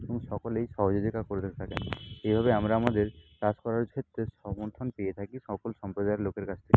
এবং সকলেই সহযোগিতা করে থাকেন এভাবে আমরা আমাদের কাজ করার ক্ষেত্রে সমর্থন পেয়ে থাকি সকল সম্প্রদায়ের লোকের কাছ থে